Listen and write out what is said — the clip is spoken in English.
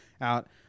out